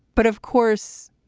but of course,